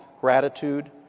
gratitude